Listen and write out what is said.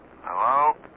Hello